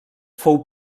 fou